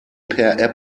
per